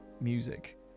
music